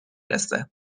رسه